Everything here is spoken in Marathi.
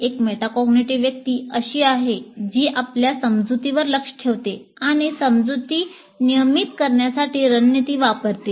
एक मेटाकॅग्निटिव्ह व्यक्ती अशी आहे जी आपल्या समजुतीवर लक्ष ठेवते आणि समजुती नियमित करण्यासाठी रणनीती वापरते